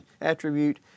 attribute